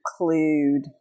include